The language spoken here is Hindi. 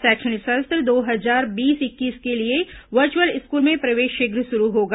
शैक्षणिक सत्र दो हजार बीस इक्कीस के लिए वर्चुअल स्कूल में प्रवेश शीघ्र शुरू होगा